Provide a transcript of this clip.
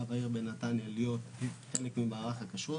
והעיר בנתניה להיות חלק ממערך הכשרות,